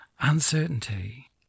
uncertainty